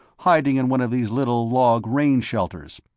hiding in one of these little log rain shelters.